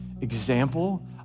example